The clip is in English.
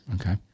Okay